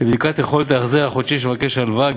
בבדיקת יכולת ההחזר החודשי של מבקש ההלוואה,